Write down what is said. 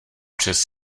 přes